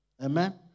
Amen